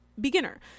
beginner